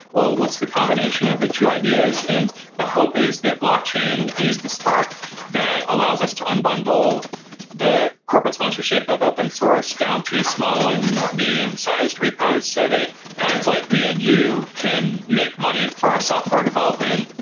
well what's the combination of the two ideas? and the hope is that blockchain is the spark that allows us to unbundle the corporate sponsorship of open source, down to small and medium sized repos so that guys like me and you can make money for our software development,